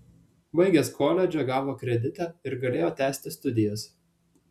baigęs koledžą gavo kreditą ir galėjo tęsti studijas